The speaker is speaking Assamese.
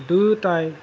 দুয়োটাই